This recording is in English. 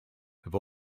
have